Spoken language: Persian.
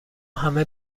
همه